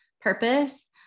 purpose